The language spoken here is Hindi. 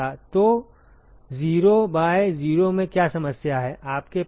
तो 0 बाय 0 में क्या समस्या है आपके पास ऐसा नहीं हो सकता है